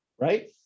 right